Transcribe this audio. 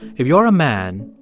if you're a man,